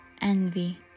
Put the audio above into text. envy